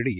D